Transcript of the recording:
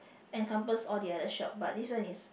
encompass all the other shop but this one is